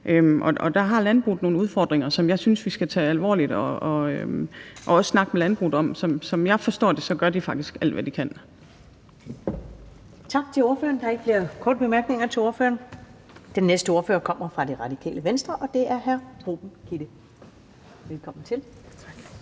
Der har landbruget nogle udfordringer, som jeg synes vi skal tage alvorligt og også snakke med landbruget om. Som jeg forstår det, gør de faktisk alt, hvad de kan. Kl. 12:20 Første næstformand (Karen Ellemann): Tak til ordføreren. Der er ikke flere korte bemærkninger til ordføreren. Den næste ordfører kommer fra Radikale Venstre, og det er hr. Ruben Kidde. Velkommen til.